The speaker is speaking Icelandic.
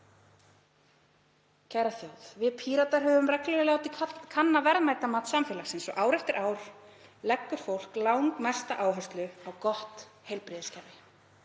Kæra þjóð. Við Píratar höfum reglulega látið kanna verðmætamat samfélagsins og ár eftir ár leggur fólk langmesta áherslu á gott heilbrigðiskerfi,